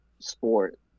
sport